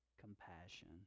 compassion